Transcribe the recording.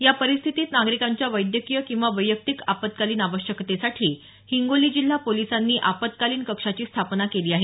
या परिस्थितीत नागरिकांच्या वैद्यकीय किंवा वैयक्तिक आपत्कालीन आवश्यकतेसाठी हिंगोली जिल्हा पोलिसांनी आपत्कालीन कक्षाची स्थापना केली आहे